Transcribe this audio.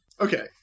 Okay